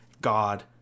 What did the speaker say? God